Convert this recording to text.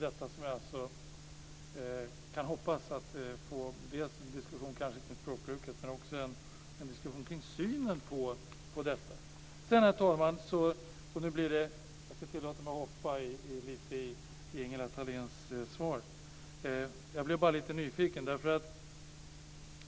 Det är om detta som jag kan hoppas att få en diskussion dels kanske kring språkbruket, dels kring synen på det här. Sedan, herr talman, ska jag tillåta mig att hoppas lite i Ingela Thaléns svar. Jag blev bara lite nyfiken.